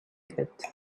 get